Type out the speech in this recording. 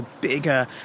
bigger